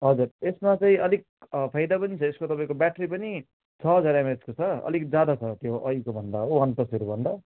हजुर यसमा चाहिँ अलिक फाइदा पनि छ यसमा तपाईँको ब्याट्री पनि छ हजार एमएचको छ अलिकति ज्यादा छ त्यो अघिको भन्दा हो वान प्लसहरूभन्दा